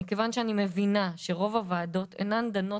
מכיוון שאני מבינה שרוב הוועדות אינן דנות,